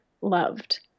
loved